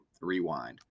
Rewind